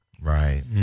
right